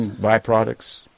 byproducts